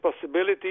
possibility